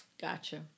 Gotcha